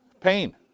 Pain